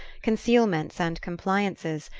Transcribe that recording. concealments and compliances,